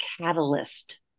catalyst